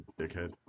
Dickhead